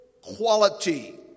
quality